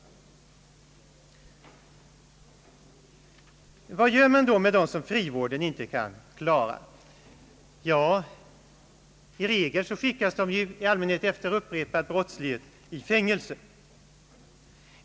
Vad gör man då med dem som frivården inte kan klara? I allmänhet skickas de efter upprepad brottslighet 1 fängelse.